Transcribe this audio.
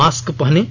mask पहनें